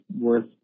worth